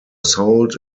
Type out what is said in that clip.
sold